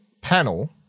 panel